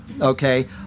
okay